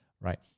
Right